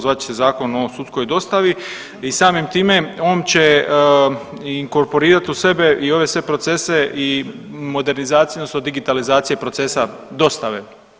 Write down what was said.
Zvat će se Zakon o sudskoj dostavi i samim time on će inkorporirati u sebe i ove sve procese i modernizaciju odnosno digitalizacije procesa dostave.